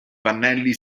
pannelli